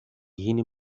γίνει